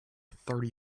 thirty